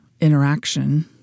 interaction